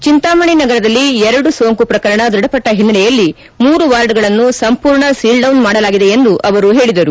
ಚಿಂತಾಮಣಿ ನಗರದಲ್ಲಿ ಎರಡು ಸೋಂಕು ಪ್ರಕರಣ ದೃಢಪಟ್ಟ ಹಿನ್ನೆಲೆಯಲ್ಲಿ ಮೂರು ವಾರ್ಡ್ಗಳನ್ನು ಸಂಪೂರ್ಣ ಸೀಲ್ಡೌನ್ ಮಾಡಲಾಗಿದೆ ಎಂದು ಅವರು ಹೇಳಿದರು